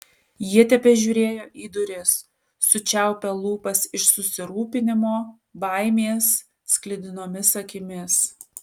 jie tebežiūrėjo į duris sučiaupę lūpas iš susirūpinimo baimės sklidinomis akimis